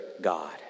God